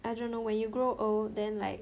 I don't know when you grow old then like